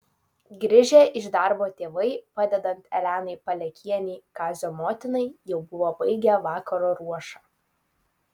grįžę iš darbo tėvai padedant elenai palekienei kazio motinai jau buvo baigę vakaro ruošą